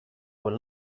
will